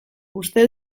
uste